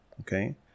Okay